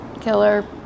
killer